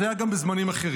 זה היה גם בזמנים אחרים.